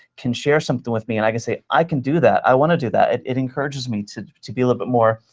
can share something with me and i could say, i can do that, i want to do that, it it encourages me to to be a little bit more,